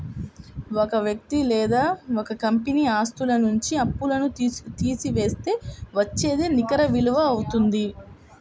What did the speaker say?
ఒక వ్యక్తి లేదా ఒక కంపెనీ ఆస్తుల నుంచి అప్పులను తీసివేస్తే వచ్చేదే నికర విలువ అవుతుంది